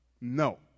No